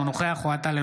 אינו נוכח אוהד טל,